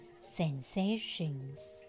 sensations